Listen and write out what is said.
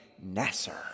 Nasser